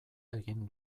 egin